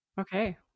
Okay